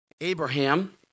Abraham